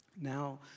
Now